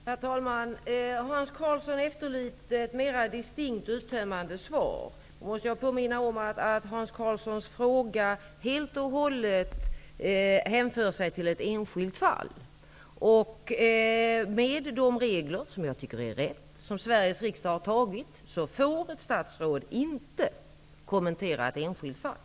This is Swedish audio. Herr talman! Hans Karlsson efterlyser ett mer distinkt och uttömmande svar. Jag måste påminna om att Hans Karlssons fråga helt och hållet hänför sig till ett enskilt fall. Med de regler som Sveriges riksdag har antagit, som jag tycker är riktiga, får ett statsråd inte kommentera ett enskilt fall.